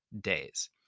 days